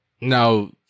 Now